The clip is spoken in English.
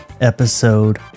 episode